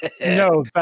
No